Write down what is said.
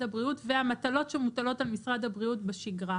הבריאות והמטלות שמוטלות על משרד הבריאות בשגרה.